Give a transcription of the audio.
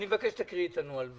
אני מבקש שתקראי את הנוהל,